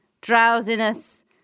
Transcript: drowsiness